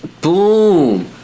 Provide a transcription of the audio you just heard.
Boom